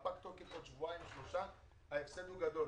פג התוקף עוד שבועיים או שלושה, ההפסד הוא גדול.